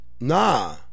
Nah